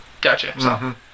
Gotcha